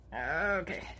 Okay